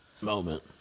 moment